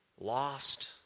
lost